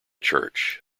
church